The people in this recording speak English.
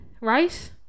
right